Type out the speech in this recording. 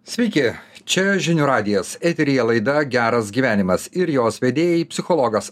sveiki čia žinių radijas eteryje laida geras gyvenimas ir jos vedėjai psichologas